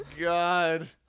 God